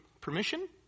permission